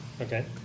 Okay